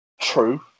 True